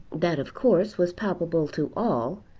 that of course was palpable to all,